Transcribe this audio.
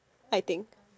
I think